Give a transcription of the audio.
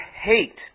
hate